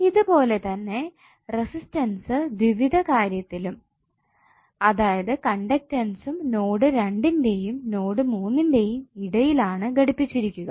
ഇത് പോലെ തന്നെ റെസിസ്റ്റൻസ് ദ്വിവിധ കാര്യത്തിലും അതായത് കണ്ടക്ടൻസും നോഡ് 2 ന്റെയും നോഡ് 3 ന്റെയും ഇടയിൽ ആണ് ഘടിപ്പിച്ചിക്കുക